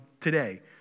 today